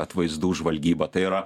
atvaizdų žvalgyba tai yra